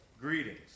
Greetings